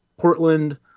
Portland